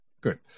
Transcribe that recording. Good